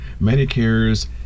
Medicare's